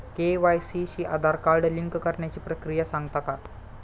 KYC शी Aadhaar card link करण्याची प्रक्रिया सांगता का?